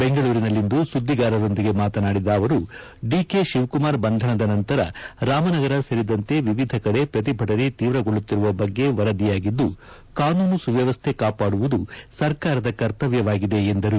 ಬೆಂಗಳೂರಿನಲ್ಲಿಂದು ಸುದ್ದಿಗಾರರೊಂದಿಗೆ ಮಾತನಾಡಿದ ಅವರುಡಿಕೆ ನಂತರ ರಾಮನಗರ ಸೇರಿದಂತೆ ವಿವಿಧ ಕಡೆ ಶಿವಕುಮಾರ್ ಬಂಧನದ ಪ್ರತಿಭಟನೆ ತೀವ್ರಗೊಳ್ಳುತ್ತಿರುವ ಬಗ್ಗೆ ವರದಿಯಾಗಿದ್ದು ಕಾನೂನು ಸುವ್ಯವಸ್ಥೆ ಕಾಪಾಡುವುದು ಸರ್ಕಾರದ ಕರ್ತವ್ಯವಾಗಿದೆ ಎಂದರು